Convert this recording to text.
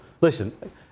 listen